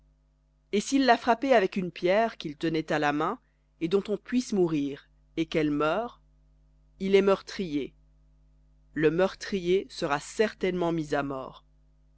et s'il l'a frappée avec une pierre qu'il tenait à la main dont on puisse mourir et qu'elle meure il est meurtrier le meurtrier sera certainement mis à mort